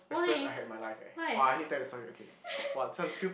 why why